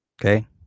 okay